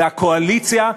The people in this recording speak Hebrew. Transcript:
והקואליציה,